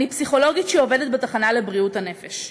ואני פסיכולוגית שעובדת בתחנה לבריאות הנפש.